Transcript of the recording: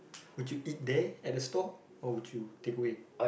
would you eat there at the stall or would you takeaway